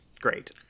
Great